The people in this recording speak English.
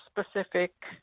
specific